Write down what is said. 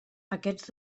aquests